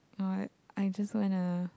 or I just wanna